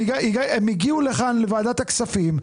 הם הגיעו לוועדת הכספים,